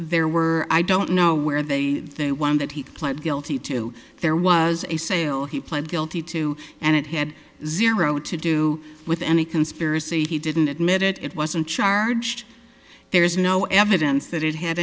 there were i don't know where they they won that he pled guilty to there was a sale he pled guilty to and it had zero to do with any conspiracy he didn't admit it it wasn't charged there is no evidence that it had